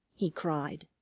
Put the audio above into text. he cried.